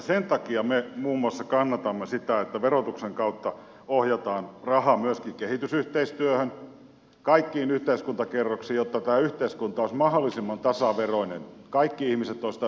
sen takia me muun muassa kannatamme sitä että verotuksen kautta ohjataan rahaa myöskin kehitysyhteistyöhön kaikkiin yhteiskuntakerroksiin jotta tämä yhteiskunta olisi mahdollisimman tasaveroinen kaikki ihmiset olisivat tasaveroisia